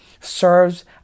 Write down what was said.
serves